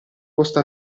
posto